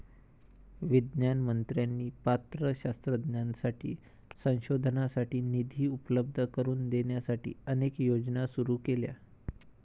विज्ञान मंत्र्यांनी पात्र शास्त्रज्ञांसाठी संशोधनासाठी निधी उपलब्ध करून देण्यासाठी अनेक योजना सुरू केल्या